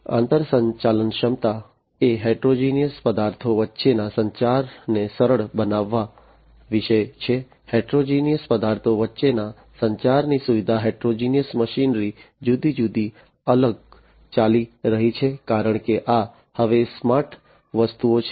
આંતરસંચાલનક્ષમતા એ હેટેરોજેનીઓસ પદાર્થો વચ્ચેના સંચારને સરળ બનાવવા વિશે છે હેટેરોજેનીઓસ પદાર્થો વચ્ચેના સંચારની સુવિધા હેટેરોજેનીઓસ મશીનરી જુદી જુદી અલગ ચાલી રહી છે કારણ કે આ હવે સ્માર્ટ વસ્તુઓ છે